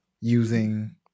using